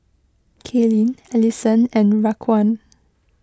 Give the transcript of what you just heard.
Kailyn Alyson and Raquan